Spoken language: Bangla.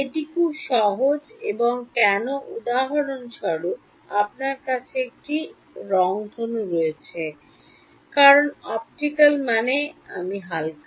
এটি খুব সহজ এবং কেন উদাহরণস্বরূপ আপনার কাছে একটি রংধনু রয়েছে কারণ অপটিক্যাল মানে আমি হালকা